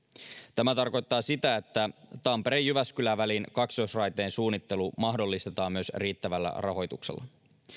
tämä tarkoittaa sitä että tampere jyväskylä välin kaksoisraiteen suunnittelu mahdollistetaan myös riittävällä rahoituksella